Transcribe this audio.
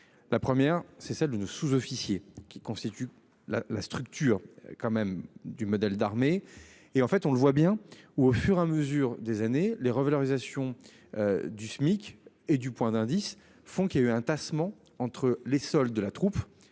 La première, c'est celle d'une sous-officiers qui constituent la la structure quand même du modèle d'armée et en fait on le voit bien ou au fur et à mesure des années, les revalorisations. Du SMIC et du point d'indice font qu'il y a eu un tassement entre les soldes de la troupe